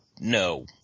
No